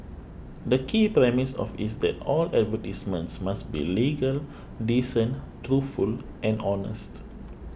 the key premise of is that all advertisements must be legal decent truthful and honest